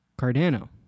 Cardano